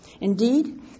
Indeed